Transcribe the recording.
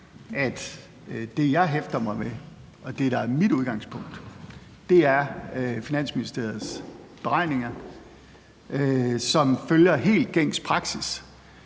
det, jeg hæfter mig ved, og det, der er mit udgangspunkt, er Finansministeriets beregninger, som følger helt gængs praksis,